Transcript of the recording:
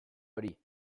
hori